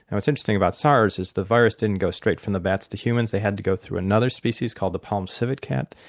what's interesting about sars is the virus didn't go straight from the bats to humans, they had to go through another species called the palm civet cat.